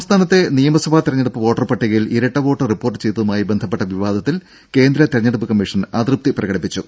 രും സംസ്ഥാനത്തെ നിയമസഭാ തെരഞ്ഞെടുപ്പ് വോട്ടർപട്ടികയിൽ ഇരട്ട വോട്ട് റിപ്പോർട്ട് ചെയ്തതുമായി ബന്ധപ്പെട്ട വിവാദത്തിൽ കേന്ദ്ര തെരഞ്ഞെടുപ്പ് കമ്മീഷൻ അതൃപ്തി പ്രകടിപ്പിച്ചു